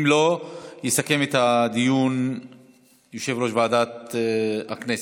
אם לא, יסכם את הדיון יושב-ראש ועדת הכנסת.